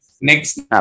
Next